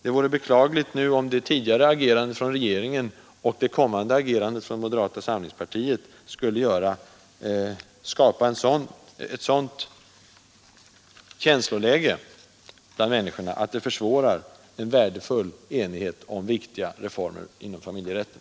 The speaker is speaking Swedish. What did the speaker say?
Det vore beklagligt om regeringens tidigare agerande och moderata samlingspartiets kommande agerande skulle skapa ett sådant känsloläge bland människorna att det försvårar en värdefull enighet om viktiga reformer inom familjerätten.